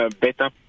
better